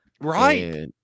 Right